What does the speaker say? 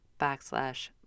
backslash